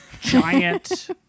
giant